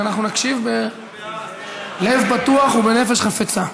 ואנחנו נקשיב בלב פתוח ובנפש חפצה.